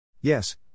Yes